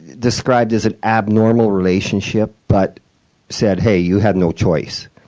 described as an abnormal relationship, but said, hey, you had no choice.